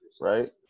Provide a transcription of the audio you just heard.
right